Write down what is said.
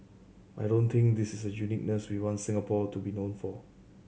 I don't think this is a uniqueness we want Singapore to be known for